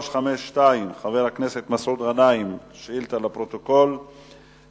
על-פי הודעת משרד הפנים הוחלט להכשיר